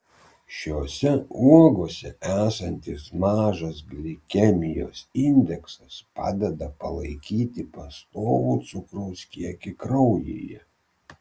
šiose uogose esantis mažas glikemijos indeksas padeda palaikyti pastovų cukraus kiekį kraujyje